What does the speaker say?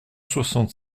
soixante